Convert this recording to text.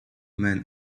men